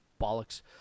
bollocks